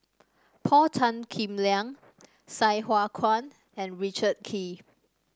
Paul Tan Kim Liang Sai Hua Kuan and Richard Kee